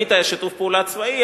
תמיד היה שיתוף פעולה צבאי,